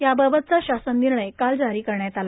याबाबतचा शासन निर्णय काल जारी करण्यात आला